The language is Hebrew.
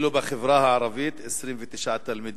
ואילו בחברה הערבית, 29 תלמידים.